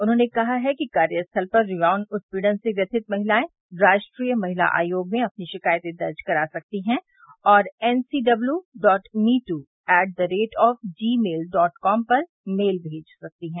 उन्होंने कहा है कि कार्य स्थल पर यौन उत्पीड़न से व्यथित महिलाएं राष्ट्रीय महिला आयोग में अपनी शिकायतें दर्ज करा सकती हैं और NCW dot me too at the rate of G mail dot com पर मेल भेज सकती हैं